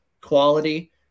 quality